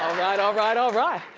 right, all right, all right.